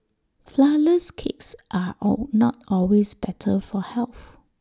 Flourless Cakes are all not always better for health